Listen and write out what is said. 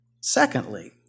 Secondly